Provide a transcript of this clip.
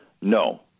No